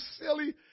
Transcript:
silly